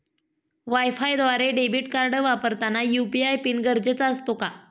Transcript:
वायफायद्वारे debit card वापरताना UPI PIN गरजेचा असतो का?